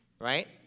right